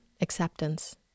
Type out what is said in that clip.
acceptance